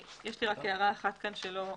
יש לי הערה אחת שלא אמרתי.